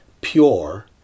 pure